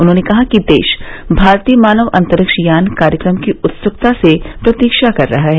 उन्होंने कहा कि देश भारतीय मानव अंतरिक्ष यान कार्यक्रम की उत्सुकता से प्रतीक्षा कर रहा है